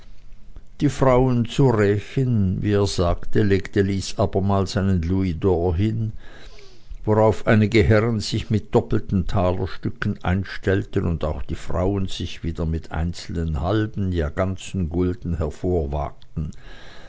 die frauen zu rächen wie er sagte legte lys abermals einen louisdor hin worauf einige herren sich mit doppelten talerstücken einstellten und auch die frauen sich wieder mit einzelnen halben ja ganzen gulden